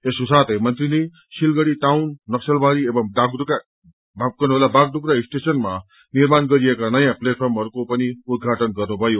यसको साथै मन्त्रीले सिलगढ़ी टाउन नक्सलबारी एव बाघढुप्रा स्टेशनमा निर्माण गरिएका नयाँ प्लेटफर्महरूको पनि उद्घाटन गर्नुभयो